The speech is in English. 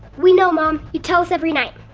we know mom you tell us every night.